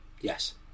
Yes